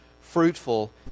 Fruitful